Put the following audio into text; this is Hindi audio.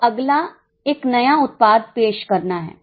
अब अगला एक नया उत्पाद पेश करना है